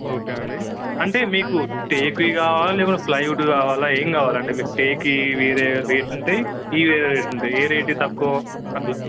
okay అండి అంటే మీకు టేక్వి కావాలా లేకుంటే ప్లైవుడ్వి కావాలా ఏం కావాలంటే మీకు టేక్కి వేరే రేట్లు ఉంటాయి ఇవి వేరే రేటు ఉంటాయి ఏ రేటు తక్కువ అలా